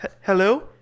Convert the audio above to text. hello